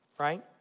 right